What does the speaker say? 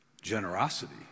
generosity